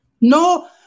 No